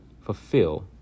fulfill